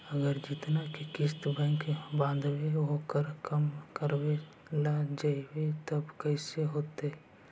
अगर जेतना के किस्त बैक बाँधबे ओकर कम करावे ल चाहबै तब कैसे होतै?